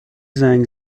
زنگ